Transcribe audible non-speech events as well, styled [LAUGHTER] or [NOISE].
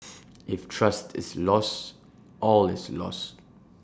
[NOISE] if trust is lost all is lost